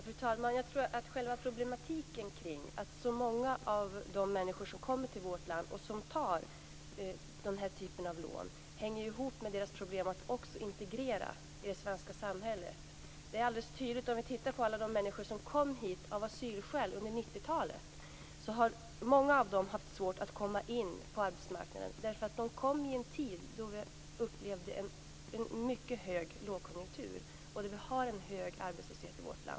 Fru talman! Problematiken med att så många människor som kommer till vårt land och tar den här typen av lån hänger ihop med deras problem att integreras i det svenska samhället. Många av de människor som kom hit under 90 talet av asylskäl har haft svårt att komma in på arbetsmarknaden. De kom hit i en tid då vi upplevde en stark lågkonjunktur med mycket hög arbetslöshet.